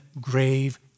grave